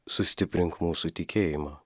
sustiprink mūsų tikėjimą